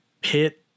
pit